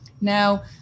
Now